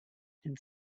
and